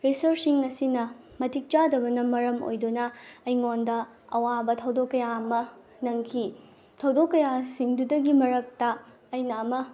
ꯔꯤꯁꯥꯔꯁꯁꯤꯡ ꯑꯁꯤꯅ ꯃꯇꯤꯛ ꯆꯥꯗꯕꯅ ꯃꯔꯝ ꯑꯣꯏꯗꯨꯅ ꯑꯩꯉꯣꯟꯗ ꯑꯋꯥꯕ ꯊꯧꯗꯣꯛ ꯀꯌꯥ ꯑꯃ ꯅꯪꯈꯤ ꯊꯧꯗꯣꯛ ꯀꯌꯥꯁꯤꯡꯗꯨꯗꯒꯤ ꯃꯔꯛꯇ ꯑꯩꯅ ꯑꯃ